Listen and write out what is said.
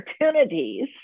opportunities